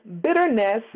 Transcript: bitterness